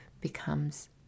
becomes